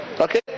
Okay